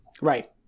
right